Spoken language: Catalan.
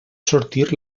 sortir